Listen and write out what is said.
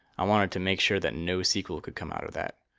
i wanted to make sure that no sequel could come out of that.